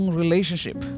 relationship